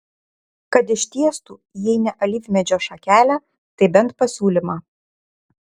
kad ištiestų jei ne alyvmedžio šakelę tai bent pasiūlymą